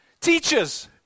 teachers